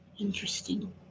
Interesting